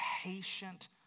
patient